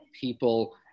people